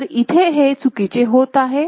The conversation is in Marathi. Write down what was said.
तर इथे हे चुकीचे होत आहे